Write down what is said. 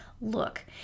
look